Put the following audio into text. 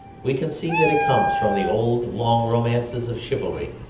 we can see that it comes from the old long romances of chivalry.